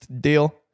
deal